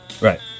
Right